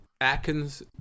Atkins